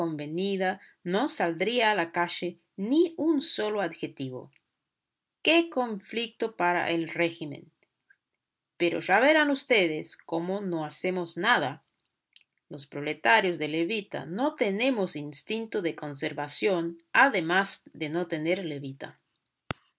convenida no saldría a la calle ni un solo adjetivo qué conflicto para el régimen pero ya verán ustedes cómo no hacemos nada los proletarios de levita no tenemos instinto de conservación además de no tener levita